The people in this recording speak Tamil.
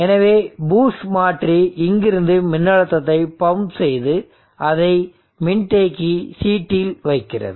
எனவே பூஸ்ட் மாற்றி இங்கிருந்து மின்னழுத்தத்தை பம்ப் செய்து அதை மின்தேக்கி CT இல் வைக்கிறது